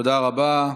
תודה רבה.